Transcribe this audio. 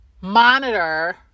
Monitor